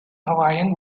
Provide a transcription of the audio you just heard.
hawaiian